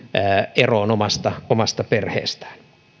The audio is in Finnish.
eroon omasta omasta perheestään